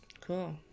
Cool